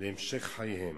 בהמשך חייהם.